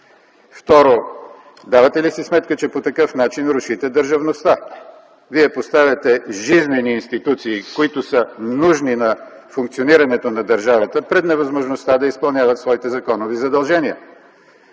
Второ, давате ли си сметка, че по такъв начин рушите държавността? Вие поставяте жизнени институции, които са нужни за функционирането на държавата, пред невъзможността да изпълняват своите законови задължения.